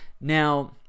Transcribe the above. Now